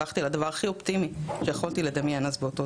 הלכתי על הדבר הכי אופטימי שיכולתי לדמיין אז באותו